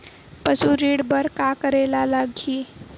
पशु ऋण बर का करे ला लगही?